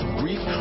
grief